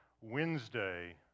Wednesday